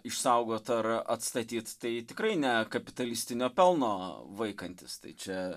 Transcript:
išsaugot ar atstatyt tai tikrai ne kapitalistinio pelno vaikantis tai čia